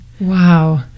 Wow